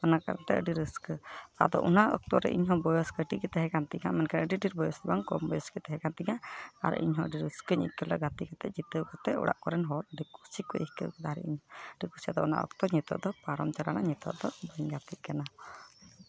ᱚᱱᱟ ᱠᱟᱨᱚᱱ ᱛᱮ ᱟᱹᱰᱤ ᱨᱟᱹᱥᱠᱟᱹ ᱟᱫᱚ ᱚᱱᱟ ᱚᱠᱛᱚ ᱨᱮ ᱤᱧ ᱦᱚᱸ ᱵᱚᱭᱮᱥ ᱠᱟᱹᱴᱤᱡ ᱜᱮ ᱛᱟᱦᱮᱸ ᱠᱟᱱ ᱛᱤᱧᱟ ᱢᱮᱱᱠᱷᱟᱡ ᱟᱹᱰᱤ ᱰᱷᱮᱨ ᱵᱚᱭᱮᱥ ᱫᱚ ᱵᱟᱝ ᱠᱚᱢ ᱵᱚᱭᱮᱥ ᱜᱮ ᱛᱟᱦᱮᱸ ᱠᱟᱱ ᱛᱤᱧᱟ ᱟᱨ ᱤᱧᱦᱚᱸ ᱟᱹᱰᱤ ᱨᱟᱹᱥᱠᱟᱹᱧ ᱟᱹᱭᱠᱟᱹᱣ ᱞᱮᱫᱟ ᱟᱨ ᱤᱧ ᱦᱚᱸ ᱟᱹᱰᱤ ᱨᱟᱹᱥᱠᱟᱹᱧ ᱟᱭᱠᱟᱹᱣ ᱞᱮᱫᱟ ᱜᱟᱛᱮ ᱠᱟᱛᱮ ᱡᱤᱛᱟᱹᱣ ᱠᱟᱛᱮ ᱚᱲᱟᱜ ᱠᱚᱨᱮᱱ ᱦᱚᱲ ᱟᱹᱰᱤ ᱠᱩᱥᱤ ᱠᱚ ᱟᱹᱭᱠᱟᱹᱣ ᱠᱮᱫᱟ ᱟᱨ ᱤᱧ ᱟᱹᱰᱤ ᱠᱩᱥᱤ ᱚᱱᱟ ᱚᱠᱛᱚ ᱫᱚ ᱱᱤᱛᱚᱜ ᱫᱚ ᱯᱟᱨᱚᱢ ᱪᱟᱞᱟᱣᱱᱟ ᱱᱤᱛᱚᱜ ᱫᱚ ᱵᱟᱹᱧ ᱜᱟᱛᱮ ᱠᱟᱱᱟ